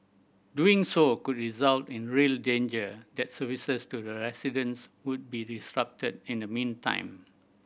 doing so could result in a real danger that services to the residents would be disrupted in the meantime